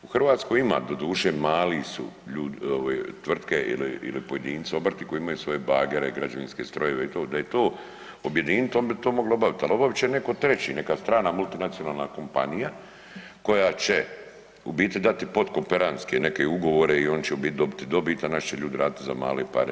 U Hrvatskoj ima doduše mali su tvrtke ili pojedinci, obrti koji imaju svoje bagere, građevinske strojeve, da je to objediniti oni bi to mogli obaviti, ali obavit će neko treći, neka strana multinacionalna kompanija koja će u biti dati podkoperantske neke ugovore i u biti oni će dobiti dobit, a naši će ljudi raditi za male pare.